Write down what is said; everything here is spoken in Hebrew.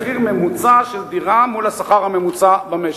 מחיר ממוצע של דירה מול השכר הממוצע במשק.